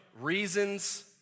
reasons